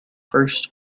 first